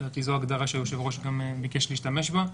לדעתי זו ההגדרה שהיושב-ראש גם ביקש להשתמש בה,